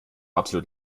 absolut